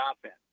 offense